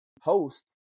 host